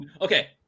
okay